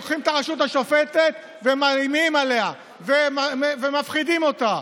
לוקחים את הרשות השופטת ומרעימים עליה ומפחידים אותה.